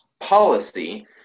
policy